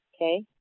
Okay